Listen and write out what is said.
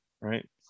right